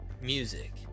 music